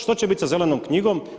Što će biti sa Zelenom knjigom?